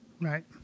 Right